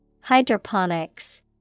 Hydroponics